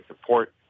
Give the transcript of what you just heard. support